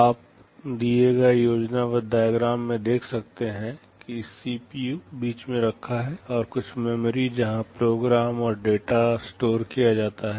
आप दिए गये योजनाबद्ध डाइग्राम में देख सकते हैं की सीपीयू बीच में रखा है और कुछ मेमोरी जहां प्रोग्राम और डेटा स्टोर किया जाता है